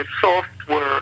software